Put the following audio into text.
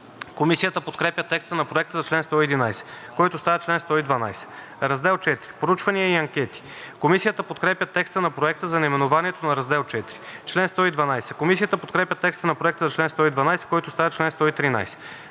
Комисията подкрепя текста на Проекта за чл. 111, който става чл. 112. „Раздел IV – Проучвания и анкети“. Комисията подкрепя текста на Проекта за наименованието на Раздел IV. Комисията подкрепя текста на Проекта за чл. 112, който става чл. 113.